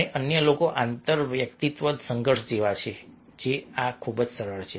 અને અન્ય લોકો આંતરવ્યક્તિત્વ સંઘર્ષ જેવા છે આ પણ ખૂબ જ સરળ છે